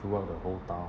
throughout the whole town